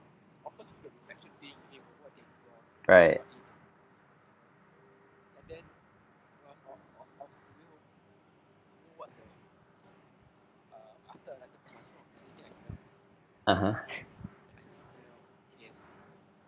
right (uh huh)